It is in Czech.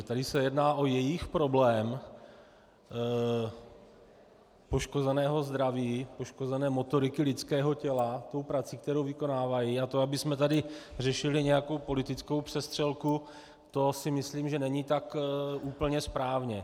Tady se jedná o jejich problém poškozeného zdraví, poškozené motoriky lidského těla tou prací, kterou vykonávají, a to, abychom tady řešili nějakou politickou přestřelku, si myslím, že není tak úplně správně.